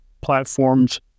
platforms